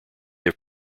have